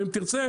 ואם תרצה,